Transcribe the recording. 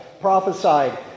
prophesied